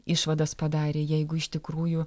išvadas padarė jeigu iš tikrųjų